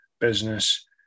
business